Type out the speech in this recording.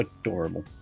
Adorable